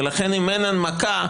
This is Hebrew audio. ולכן אם אין הנמקה,